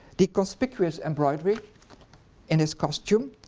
the conspicuous embroidery in his costume,